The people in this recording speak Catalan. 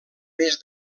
més